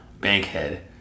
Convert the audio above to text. Bankhead